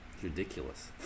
ridiculous